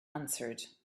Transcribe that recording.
answered